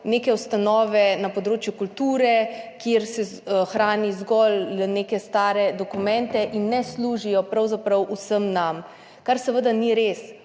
neke ustanove na področju kulture, kjer se hrani zgolj neke stare dokumente in ne služijo pravzaprav vsem nam, kar seveda ni res.